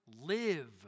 live